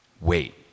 Wait